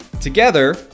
Together